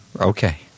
Okay